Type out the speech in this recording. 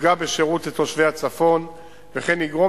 תפגע בשירות לתושבי הצפון וכן תגרום